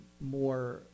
more